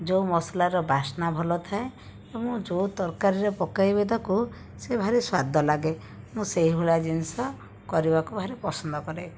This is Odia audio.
ଯେଉଁ ମସଲାର ବାସ୍ନା ଭଲଥାଏ ଏବଂ ମୁଁ ଯେଉଁ ତରକାରୀରେ ପକାଇବି ତାକୁ ସିଏ ଭାରି ସ୍ଵାଦ ଲାଗେ ମୁଁ ସେଇଭଳିଆ ଜିନିଷ କରିବାକୁ ଭାରି ପସନ୍ଦ କରେ